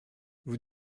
vous